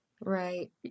right